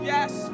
Yes